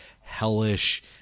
hellish